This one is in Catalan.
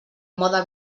mode